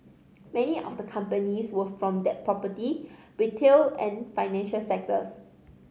many of the companies were from the property retail and financial sectors